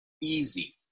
easy